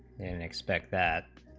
like spec that